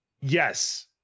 yes